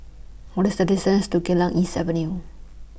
What IS The distance to Geylang East Avenue